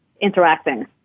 interacting